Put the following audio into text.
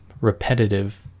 repetitive